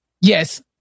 yes